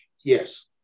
Yes